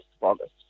August